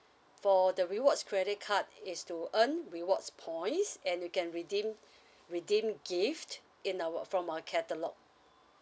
for the rewards credit card is to earn rewards points and you can redeem redeem gift in our from our catalogue